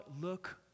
look